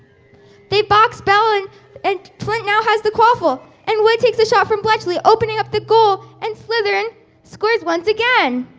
they box bell and and flint now has the quaffle and wood takes a shot from fletchley opening up the goal and slytherin scores once again.